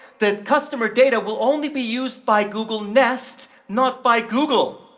the costumer data will only be used by google nest, not by google.